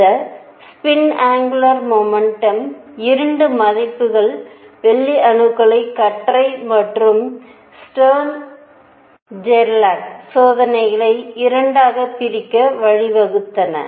இந்த spin angular momentum 2 மதிப்புகள் வெள்ளி அணுக்களின் கற்றை மற்றும் ஸ்டெர்ன் ஜெர்லாக் சோதனைகளை 2 ஆகப் பிரிக்க வழிவகுத்தன